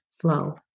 flow